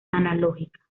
analógica